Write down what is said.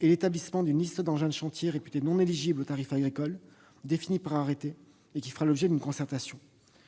et l'établissement d'une liste d'engins de chantier réputés non éligibles au tarif agricole, définie par arrêté et qui fera l'objet d'une concertation.